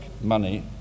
money